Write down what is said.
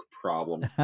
problem